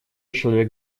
человек